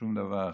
שום דבר אחר,